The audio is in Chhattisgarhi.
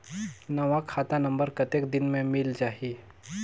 नवा खाता नंबर कतेक दिन मे मिल जाही?